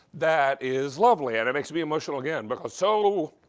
that is lovely. and it makes me emotional again. because so